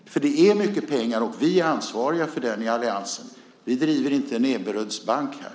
Det är fråga om mycket pengar. Vi i alliansen har det ansvaret. Vi driver inte en Ebberöds bank här.